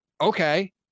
okay